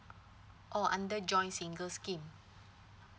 oh under joint single scheme